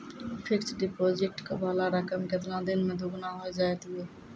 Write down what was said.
Fixed deposit वाला रकम केतना दिन मे दुगूना हो जाएत यो?